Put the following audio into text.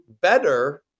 better